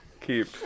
keep